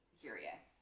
curious